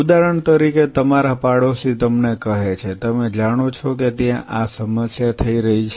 ઉદાહરણ તરીકે તમારા પાડોશી તમને કહે છે તમે જાણો છો કે ત્યાં આ સમસ્યા થઈ રહી છે